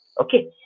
Okay